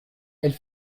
elle